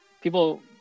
People